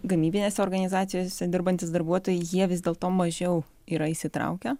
gamybinėse organizacijose dirbantys darbuotojai jie vis dėlto mažiau yra įsitraukę